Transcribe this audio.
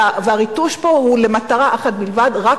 הריטוש פה הוא למטרה אחת בלבד,